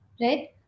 right